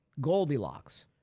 Goldilocks